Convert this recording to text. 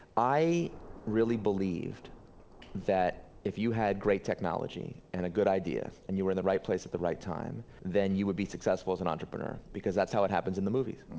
i really believed that if you had great technology and a good idea, and you were in the right place at the right time, then you would be successful as an entrepreneur. because that's how it happens in the movies,